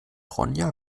ronja